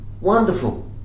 Wonderful